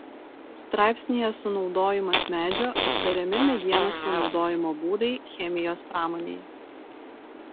straipsnyje sunaudojimas medžio aptariami medienos panaudojimo būdai chemijos pramonėje